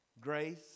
grace